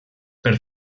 per